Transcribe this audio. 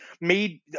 made